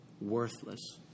Worthless